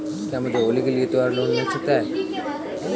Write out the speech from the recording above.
क्या मुझे होली के लिए त्यौहार लोंन मिल सकता है?